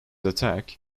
attack